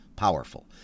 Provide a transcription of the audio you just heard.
powerful